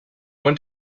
went